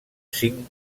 cinc